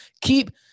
Keep